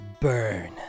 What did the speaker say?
burn